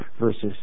versus